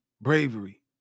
bravery